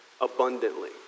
abundantly